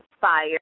fire